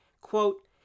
Quote